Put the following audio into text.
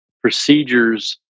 procedures